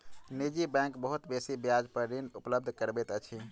निजी बैंक बहुत बेसी ब्याज पर ऋण उपलब्ध करबैत अछि